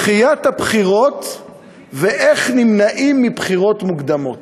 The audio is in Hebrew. דחיית הבחירות ואיך נמנעים מבחירות מוקדמות.